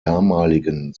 damaligen